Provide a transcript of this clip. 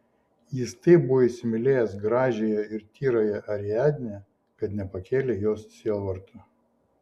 jis taip buvo įsimylėjęs gražiąją ir tyrąją ariadnę kad nepakėlė jos sielvarto